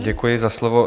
Děkuji za slovo.